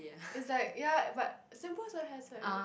is like ya but simple also has right